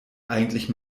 eigentlich